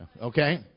Okay